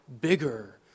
bigger